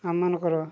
ଆମମାନଙ୍କର